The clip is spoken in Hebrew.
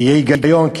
שיהיה היגיון,